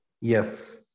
Yes